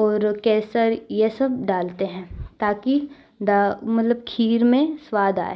और केसर यह सब डालते हैं ताकि बा मतलब खीर में स्वाद आए